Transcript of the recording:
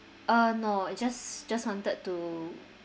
uh no I just just wanted to